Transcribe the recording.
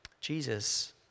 Jesus